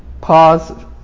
pause